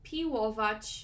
Piłować